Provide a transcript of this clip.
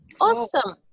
Awesome